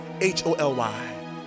H-O-L-Y